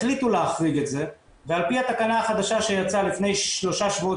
החליטו להחריג את זה ועל פי התקנה החדשה שיצאה לפני שלושה שבועות